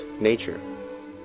nature